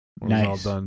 Nice